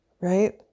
Right